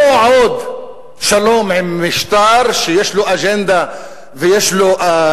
לא עוד שלום עם משטר שיש לו אג'נדה מסוימת